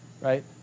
right